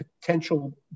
potential